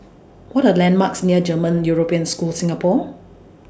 What Are landmarks near German European School Singapore